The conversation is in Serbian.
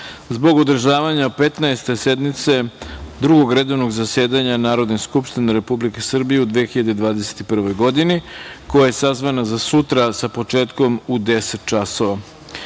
zbog održavanja Petnaeste sednice Drugog redovnog zasedanja Narodne skupštine Republike Srbije u 2021. godini, koja je sazvana za sutra sa početkom u 10,00